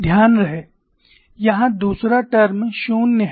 ध्यान रहे यहां दूसरा टर्म शून्य है